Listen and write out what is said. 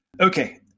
Okay